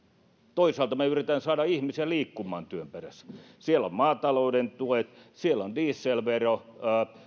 toisaalta me yritämme saada ihmisiä liikkumaan työn perässä siellä on maatalouden tuet siellä on dieselvero